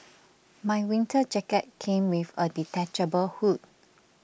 my winter jacket came with a detachable hood